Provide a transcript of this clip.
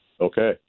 okay